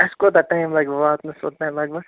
اَسہِ کوٗتاہ ٹایِم لگہِ بہٕ واتنَس اُوتانۍ لگ بگ